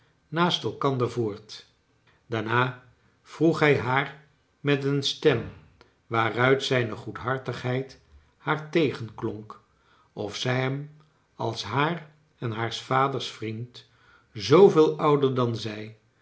naast elkander voort daarna vroeg hij haar met een stem waaruit zijne goedhartigheid haar tegenklonk of zij hem als haar en haars vaders vriend zooveel ouder dan zij